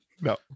no